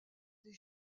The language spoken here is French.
des